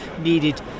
needed